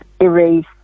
erase